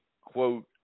quote